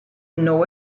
know